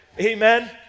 Amen